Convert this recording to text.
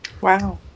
Wow